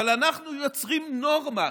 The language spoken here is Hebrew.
אבל אנחנו יוצרים נורמה,